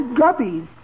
guppies